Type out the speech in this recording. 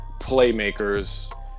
playmakers